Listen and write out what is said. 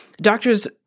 doctors